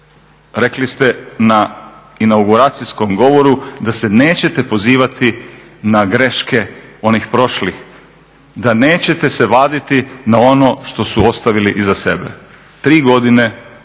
Rekli ste na inauguracijskom govoru da se nećete pozivati na greške onih prošlih, da nećete se vaditi na ono što su ostavili iza sebe. Tri godine slušamo